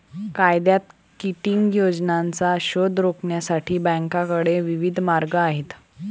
कायद्यात किटिंग योजनांचा शोध रोखण्यासाठी बँकांकडे विविध मार्ग आहेत